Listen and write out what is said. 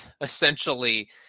essentially